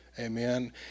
Amen